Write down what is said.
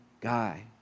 guy